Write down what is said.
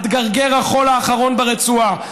עד גרגיר החול האחרון ברצועה.